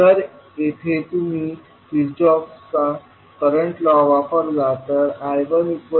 जर इथे तुम्ही किर्चहॉफचा करंट लॉ वापरला तर I1g11V1g12I2असेल